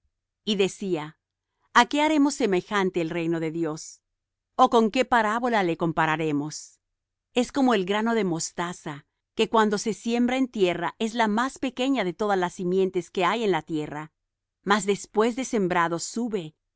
y decía a qué haremos semejante el reino de dios ó con qué parábola le compararemos es como el grano de mostaza que cuando se siembra en tierra es la más pequeña de todas las simientes que hay en la tierra mas después de sembrado sube